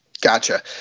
Gotcha